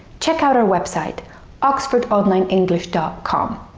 check out our website oxford online english dot com.